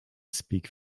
speak